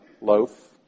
loaf